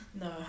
No